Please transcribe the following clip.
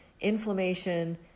inflammation